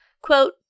Quote